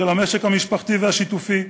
המשק המשפחתי והשיתופי,